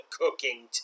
cooking